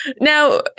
Now